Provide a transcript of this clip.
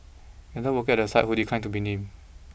another worker at the site who declined to be named